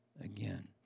again